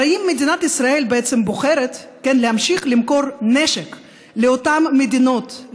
הרי אם מדינת ישראל בוחרת להמשיך למכור נשק לאותן מדינות,